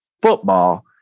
football